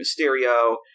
Mysterio